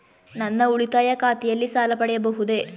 ನನ್ನ ಉಳಿತಾಯ ಖಾತೆಯಲ್ಲಿ ಸಾಲ ಪಡೆಯಬಹುದೇ?